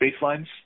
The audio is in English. baselines